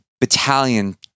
battalion